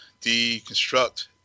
deconstruct